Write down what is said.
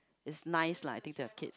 it's nice lah I think they have kids